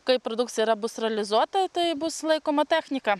kai produkcija yra bus realizuota tai bus laikoma technika